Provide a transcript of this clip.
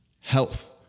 Health